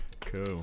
Cool